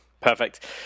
Perfect